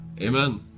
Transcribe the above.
Amen